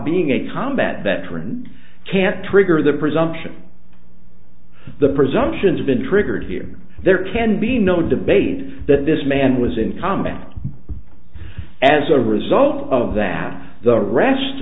being a combat veteran can't trigger the presumption the presumption have been triggered here there can be no debate that this man was in combat as a result of that the rest